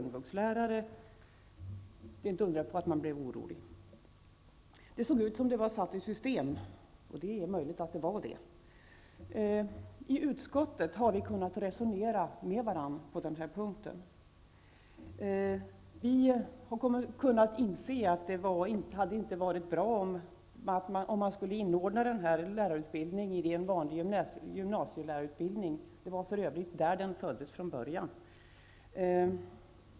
Det är inte att undra på att man blev orolig. Det såg ut som att det var satt i system, och det är möjligt att det var så. I utskottet har vi ändå kunnat resonera med varandra på denna punkt. Vi har insett att det inte hade varit bra att inordna den här lärarutbildningen i en vanlig gymnasielärarutbildning. Det var för övrigt där den föddes från början.